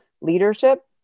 leadership